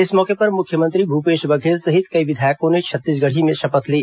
इस मौके पर मुख्यमंत्री भूपेश बघेल सहित कई विधायकों ने छत्तीसगढ़ी में शपथ ली